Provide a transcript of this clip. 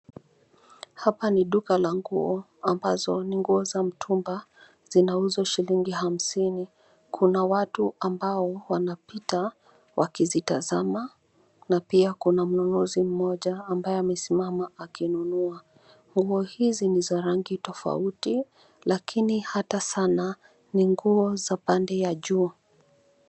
Hapa ni duka la nguo ambazo ni nguo za mitumba. Zinauzwa shilingi hamsini. Kuna watu ambao wanapita wakizitazama, na pia kuna mnunuzi mmoja ambaye amesimama akinunua. Nguo hizi ni za rangi tofauti, lakini hata sana ni nguo za pande ya juu.